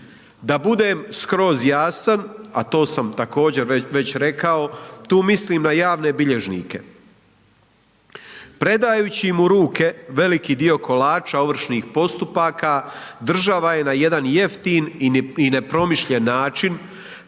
Da budem skroz jasan, a to sam također već rekao, tu mislim na javne bilježnike. Predajući im u ruke veliki dio kolača ovršnih postupaka država je na jedan jeftin i nepromišljen način